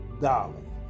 darling